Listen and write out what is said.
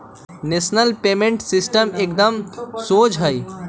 national pension system एकदम शोझ हइ